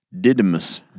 Didymus